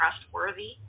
trustworthy